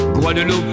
Guadeloupe